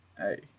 Hey